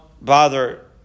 bother